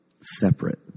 separate